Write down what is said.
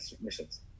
missions